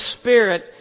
spirit